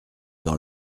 dans